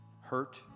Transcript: hurt